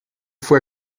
fue